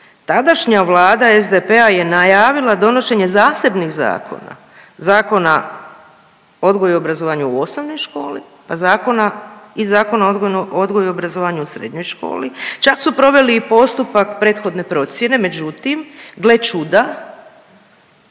tadašnja vlada SDP-a je najavila donošenje zasebnih zakona, zakona o odgoju i obrazovanju u osnovnoj školi pa zakona, i zakona o odgoju i obrazovanju u srednjoj školi, čak su proveli i postupak prethodne procjene, međutim, gle čuda,